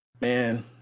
man